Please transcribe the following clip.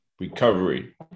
recovery